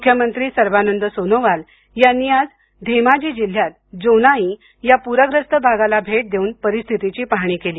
मुख्यमंत्री सर्वानंद सोनोवाल यांनी आज धेमाजी जिल्ह्यात जोनाई या पूरग्रस्त भागाला भेट दऊन परस्थितीची पाहणी केली